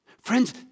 Friends